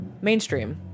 mainstream